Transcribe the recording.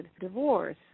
divorce